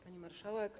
Pani Marszałek!